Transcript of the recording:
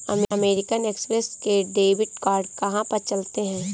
American Express के debit card कहाँ पर चलते हैं?